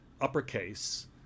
uppercase